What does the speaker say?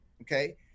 Okay